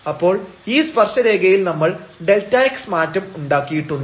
അപ്പോൾ ഈ സ്പർശരേഖയിൽ നമ്മൾ Δx മാറ്റം ഉണ്ടാക്കിയിട്ടുണ്ട്